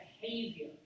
behavior